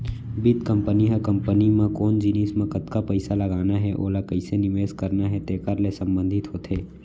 बित्त कंपनी ह कंपनी म कोन जिनिस म कतका पइसा लगाना हे ओला कइसे निवेस करना हे तेकर ले संबंधित होथे